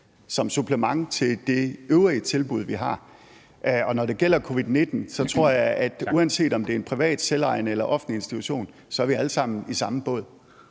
som supplement til det øvrige tilbud, vi har. Og når det gælder covid-19, tror jeg, at uanset om det er en privat, selvejende eller offentlig institution, er vi alle sammen i samme båd.